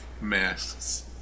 masks